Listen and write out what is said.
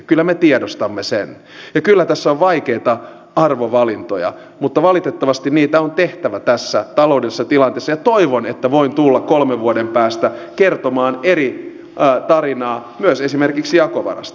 kyllä me tiedostamme sen ja kyllä tässä on vaikeita arvovalintoja mutta valitettavasti niitä on tehtävä tässä taloudellisessa tilanteessa ja toivon että voin tulla kolmen vuoden päästä kertomaan eri tarinaa myös esimerkiksi jakovarasta